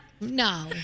No